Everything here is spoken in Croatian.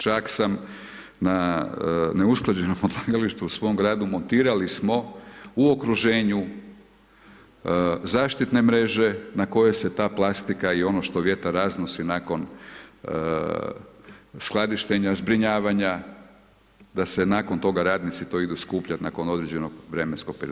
Čak sam na neusklađenom odlagalištu u svom gradu, montirali smo u okruženju zaštitne mreže na kojoj se ta plastika i ono što vjetar raznosi nakon skladištenja, zbrinjavanja, da se nakon toga radnici to idu skupljati nakon određenog vremenskog perioda.